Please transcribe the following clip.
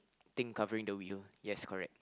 thing covering the wheel yes correct